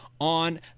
on